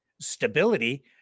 stability